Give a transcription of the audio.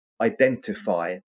identify